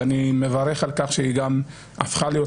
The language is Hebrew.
ואני מברך על כך שהיא גם הפכה להיות